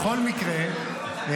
בכל מקרה,